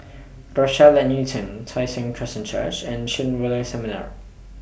Rochelle At Newton Tai Seng Christian Church and Chen Seminar